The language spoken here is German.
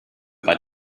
bei